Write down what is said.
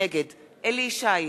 נגד אליהו ישי,